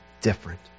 different